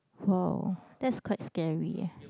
!wow! that's quite scary eh